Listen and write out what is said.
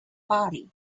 body